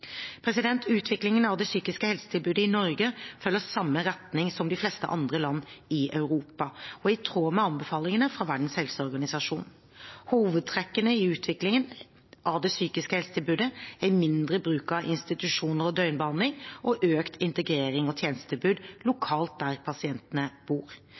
Utviklingen av det psykiske helsetilbudet i Norge følger samme retning som de fleste andre land i Europa og er i tråd med anbefalingene fra Verdens helseorganisasjon. Hovedtrekkene i utviklingen av det psykiske helsetilbudet er mindre bruk av institusjoner og døgnbehandling og økt integrering av tjenestetilbud lokalt der pasientene bor.